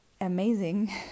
Amazing